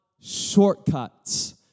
shortcuts